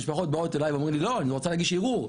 משפחות באות אלי ואומרות לי לא אני רוצה להגיש ערעור,